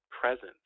presence